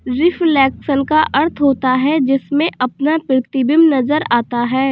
reflection का अर्थ होता है जिसमें अपना प्रतिबिंब नजर आता है